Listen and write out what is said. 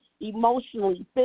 emotionally